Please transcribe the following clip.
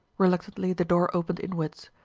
reluctantly the door opened inwards.